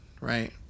right